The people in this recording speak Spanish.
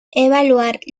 evaluar